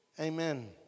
Amen